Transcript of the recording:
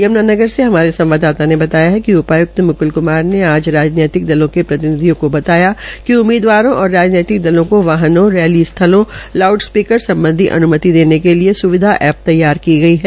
यम्नानगर से हमारे संवादाता ने बताया कि उपायुक्त मुकुल कुमार ने आज राजनेतिक दलों के प्रतिनिधियों को बताया कि उम्मीदवारों और राजनैतिक दलों को वाहनों रैली स्थलों लाउडस्पीकर सम्बधी अन्मति देने के लिए सुविधा ऐप्प तैयार की गई है